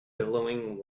billowing